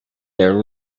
their